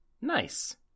Nice